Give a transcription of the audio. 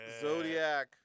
Zodiac